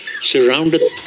surrounded